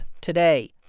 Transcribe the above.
today